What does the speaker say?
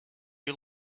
you